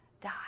die